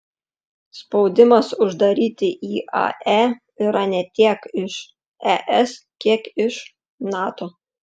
spaudimas uždaryti iae yra ne tiek iš es kiek iš nato